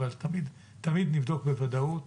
אבל תמיד נבדוק בוודאות.